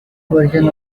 version